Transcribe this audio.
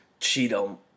Cheeto